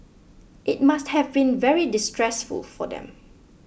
it must have been very distressful for them